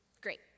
Great